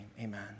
amen